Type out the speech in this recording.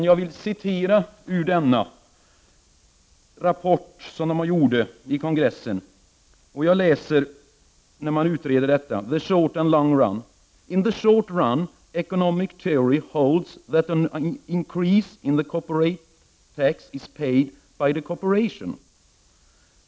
Jag vill dock citera vad som står i kongressens rapport under rubriken The Short and the Long Run: ”In the short run, economic theory holds that an increase in the corporate tax is paid by the corporation.